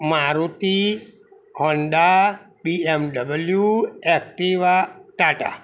Maruti Honda BMW Activa Tata